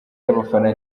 y’abafana